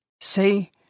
See